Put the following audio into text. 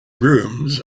rooms